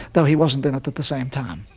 though he wasn't in it at the same time.